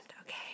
okay